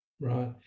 Right